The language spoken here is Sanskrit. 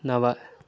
नव